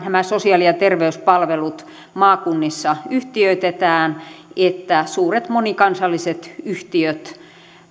nämä sosiaali ja terveyspalvelut suurina kokonaisuuksina maakunnissa yhtiöitetään suuret monikansalliset yhtiöt